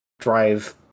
drive